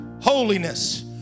holiness